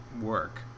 work